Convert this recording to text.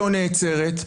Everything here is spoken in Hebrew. נעצרת.